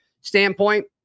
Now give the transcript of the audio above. standpoint